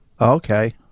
okay